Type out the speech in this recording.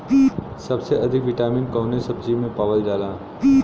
सबसे अधिक विटामिन कवने सब्जी में पावल जाला?